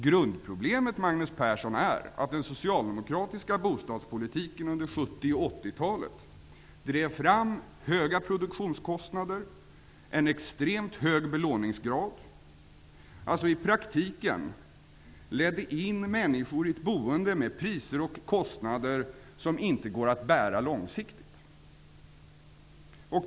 Grundproblemet, Magnus Persson, är att den socialdemokratiska bostadspolitiken under 1970 och 1980-talen drev fram höga produktionskostnader och en extremt hög belåningsgrad och i praktiken ledde in människor i ett boende med priser och kostnader som det inte går att bära långsiktigt.